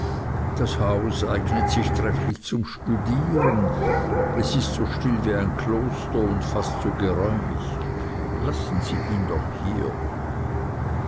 das haus eignet sich trefflich zum studieren es ist so still wie ein kloster und fast so geräumig lassen sie ihn doch hier